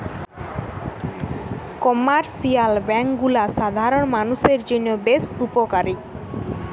commercial bank গুলা সাধারণ মানুষের জন্য বেশ উপকারী